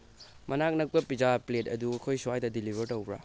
ꯃꯅꯥꯛ ꯅꯛꯄ pizza plate ꯑꯗꯨ ꯑꯩꯈꯣꯏ ꯁ꯭ꯋꯥꯏꯗ ꯗꯤꯂꯤꯚꯔ ꯇꯧꯕ꯭ꯔꯥ